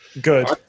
Good